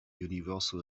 universal